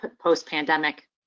post-pandemic